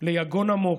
ליגון עמוק,